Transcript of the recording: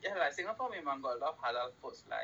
ya like singapore memang got a lot of halal foods like